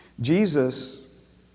Jesus